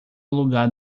lugar